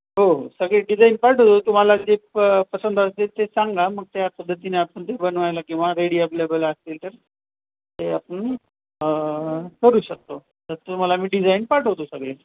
हो हो सगळे डिझाईन पाठवतो तुम्हाला जे प पसंद असतील ते सांगा मग त्या पद्धतीने आपण ते बनवायला किंवा रेडी अवेलेबल असतील तर ते आपण करू शकतो तर तुम्हाला मी डिझाईन पाठवतो सगळे